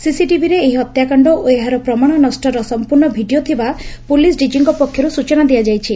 ସିସିଟିଭିରେ ଏହି ହତ୍ୟାକାଣ୍ଡ ଓ ଏହାର ପ୍ରମାଣ ନଷ୍ଟର ସଂପ୍ରର୍ଣ ଭିଡ଼ିଓ ଥିବା ପୁଲିସ୍ ଡିଜିଙ୍କ ପକ୍ଷରୁ ସୂଚନା ଦିଆଯାଇଛି